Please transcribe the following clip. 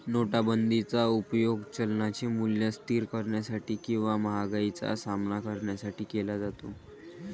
नोटाबंदीचा उपयोग चलनाचे मूल्य स्थिर करण्यासाठी किंवा महागाईचा सामना करण्यासाठी केला जातो